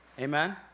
Amen